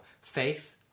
faith